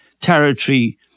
territory